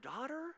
daughter